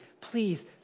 Please